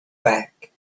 back